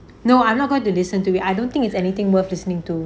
no I'm not going to listen to it I don't think it's anything worth listening to